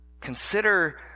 Consider